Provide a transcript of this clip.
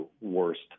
worst